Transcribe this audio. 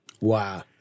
Wow